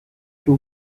two